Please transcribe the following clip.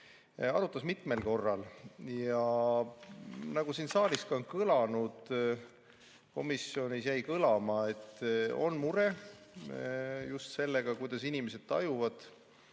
– mitmel korral. Nagu siin saaliski on kõlanud, jäi ka komisjonis kõlama, et on mure just sellega, kuidas inimesed tajuvad